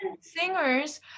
singers